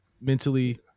Mentally